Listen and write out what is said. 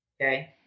Okay